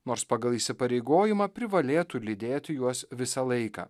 nors pagal įsipareigojimą privalėtų lydėti juos visą laiką